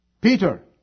Peter